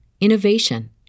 innovation